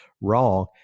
wrong